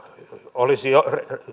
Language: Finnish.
olisi jo